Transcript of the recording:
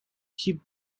sheep